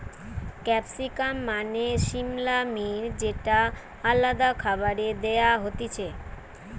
capsicum মানে সিমলা মির্চ যেটা আলাদা খাবারে দেয়া হতিছে